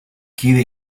kide